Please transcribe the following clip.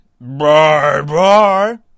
Bye-bye